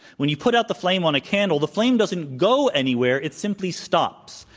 when you put out the flame on a candle, the flame doesn't go anywhere, it simply stops.